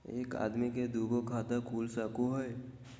एक आदमी के दू गो खाता खुल सको है?